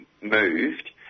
moved